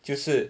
就是